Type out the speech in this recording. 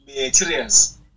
materials